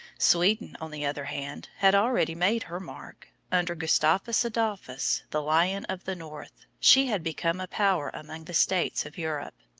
sweden, on the other hand, had already made her mark. under gustavus adolphus, the lion of the north, she had become a power among the states of europe.